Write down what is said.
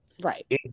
right